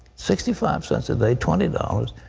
sixty five cents a day. twenty dollars.